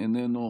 איננו,